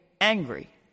angry